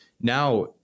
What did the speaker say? Now